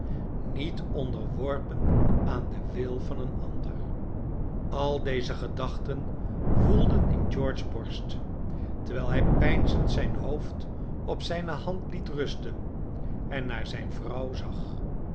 niet onderworpen aan den wil van een ander al deze gedachten woelden in george's borst terwijl hij peinzend zijn hoofd op zijne hand liet rusten en naar zijne vrouw zag